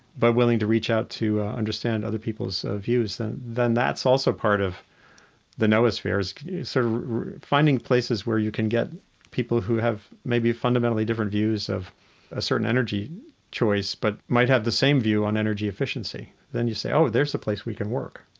but willing to reach out to understand other peoples' views. then then that's also part of the noosphere, sort of finding places where you can get people who have maybe fundamentally different views of a certain energy choice, but might have the same view on energy efficiency. then you say, oh, there's the place we can work.